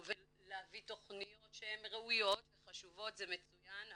ולהביא תכניות שהן ראויות וחשובות זה מצוין,